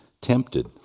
tempted